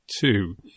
Two